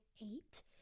eight